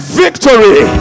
victory